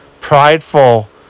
prideful